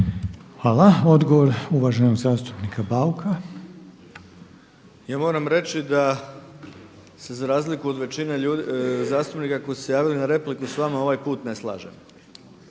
Hvala. Odgovor uvaženog zastupnika Bauka. **Bauk, Arsen (SDP)** Ja moram reći da se za razliku od većine zastupnika koji su se javili na repliku s vama ovaj put ne slažem.